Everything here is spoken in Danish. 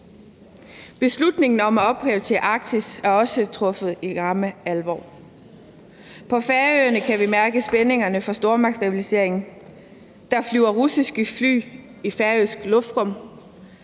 Beslutningen om at opprioritere Arktis er også truffet i ramme alvor. På Færøerne kan vi mærke spændingerne fra stormagtsrivaliseringen. Der flyver russiske fly i færøsk luftrum.